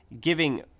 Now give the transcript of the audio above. giving